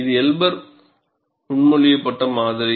இது எல்பர் முன்மொழியப்பட்ட மாதிரி